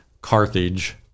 Carthage